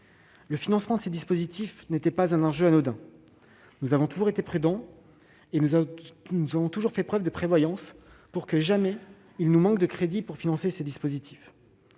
Le financement de ces dispositifs n'était pas un enjeu anodin. Nous avons toujours été prudents et nous avons toujours fait preuve de prévoyance, pour que jamais les crédits nécessaires